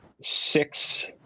six